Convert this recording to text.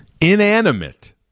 inanimate